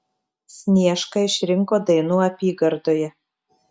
sniešką išrinko dainų apygardoje